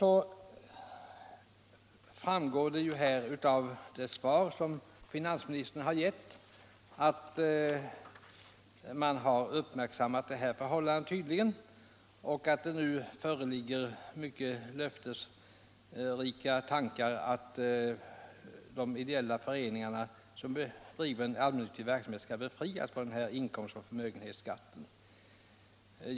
Nu framgår det av det svar som finansministern gett att man tydligen har uppmärksammat det här förhållandet och att det nu föreligger mycket löftesrika tankar att de ideella föreningar som bedriver allmännyttig verksamhet skall befrias från inkomstoch förmögenhetsskatt.